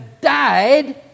died